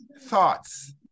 thoughts